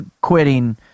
quitting